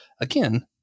again